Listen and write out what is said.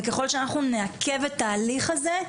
ככל שאנחנו נעכב את ההליך הזה,